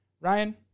Ryan